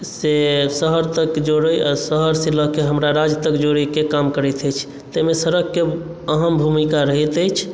से शहर तक जोड़य आ शहर से लऽ कऽ हमरा राज्य तक जोड़यके काम करैत अछि ताहि मे सड़कके अहम भूमिका रहैत अछि